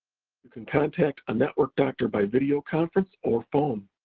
you can contact a network doctor by video conference or phone.